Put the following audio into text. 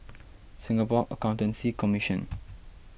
Singapore Accountancy Commission